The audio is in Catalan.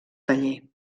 taller